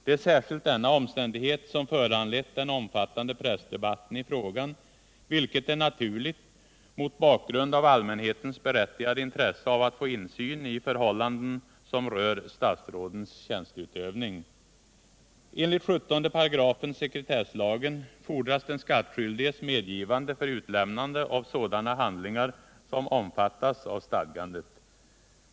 Det är särskilt denna omständighet som föranlett den omfattande pressdebatten i frågan, vilket är naturligt mot bakgrund av allmänhetens berättigade intresse av att få insyn i förhållanden som rör statsrådens tjänsteutövning. Enligt 17 § sekretesslagen fordras den skattskyldiges medgivande för utlämnande av sådana handlingar som omfattas av stadgandet.